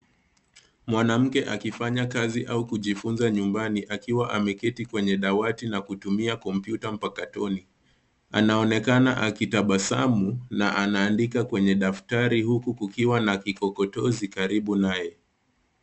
Mwanamke akifanya kazi au kujifunza nyumbani akiwa ameketi kwenye dawati na tumia kompyuta mpakatoni. Anaonekana akitabasamu na anaandika kwenye daftari huku kukiwa na kikokotozi karibu naye.